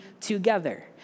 together